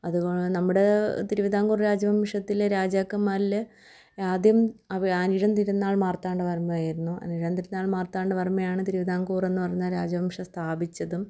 അതുകൊ നമ്മുടെ തിരുവിതാംകൂർ രാജവംശത്തിലെ രാജാക്കന്മാരിൽ ആദ്യം അനിഴം തിരുനാൾ മാർത്താണ്ഡ വർമ്മയായിരുന്നു അനിഴം തിരുനാൾ മാർത്താണ്ഡ വർമ്മയാണ് തിരുവിതാംകൂർ എന്ന പറഞ്ഞ രാജവംശം സ്ഥാപിച്ചതും